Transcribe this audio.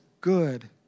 good